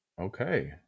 Okay